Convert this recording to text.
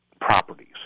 properties